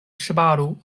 ŝparu